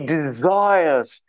desires